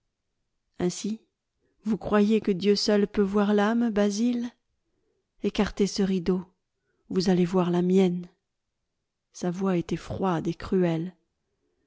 ainsi vous croyez que dieu seul peut voir l'âme basil écartez ce rideau vous allez voir la mienne sa voix était froide et cruelle